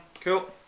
Cool